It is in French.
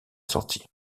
sortie